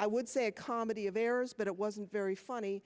i would say a comedy of errors but it wasn't very funny